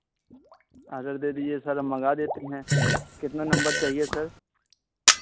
order दे दीजिए sir हम मंगा देते हें कितना नंबर चाहिए सर